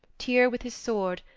tyr, with his sword,